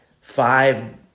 five